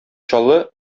чаллы